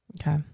okay